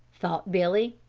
thought billy.